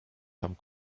tam